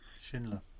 Schindler